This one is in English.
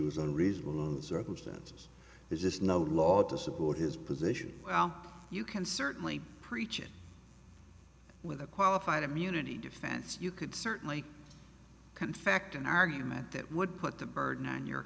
was unreasonable on the circumstances there's just no law to support his position well you can certainly preach it with a qualified immunity defense you could certainly come fact an argument that would put the burden on your